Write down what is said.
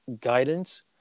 guidance